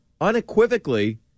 unequivocally